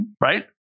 Right